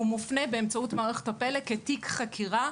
הוא מופנה באמצעות מערכת הפלא כתיק חקירה,